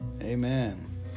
Amen